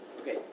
okay